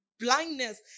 Blindness